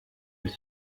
elle